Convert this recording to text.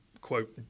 quote